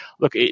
look